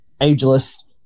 ageless